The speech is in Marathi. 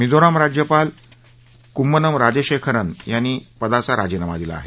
मिझोराम राज्यपाल कुम्मनम राजशेखरनं यांनी पदाचा राजीनामा दिला आहे